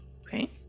okay